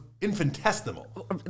infinitesimal